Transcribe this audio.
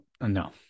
No